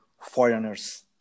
foreigners